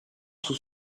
sous